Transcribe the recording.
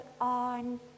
on